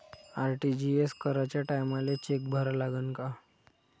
RTGS कराच्या टायमाले cheque भरा लागन का?